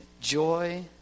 Joy